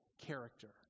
character